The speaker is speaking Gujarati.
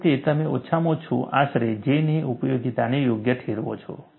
આ રીતે તમે ઓછામાં ઓછા આશરે J ની ઉપયોગિતાને યોગ્ય ઠેરવો છો